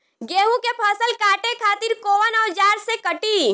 गेहूं के फसल काटे खातिर कोवन औजार से कटी?